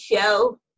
show